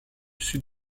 sud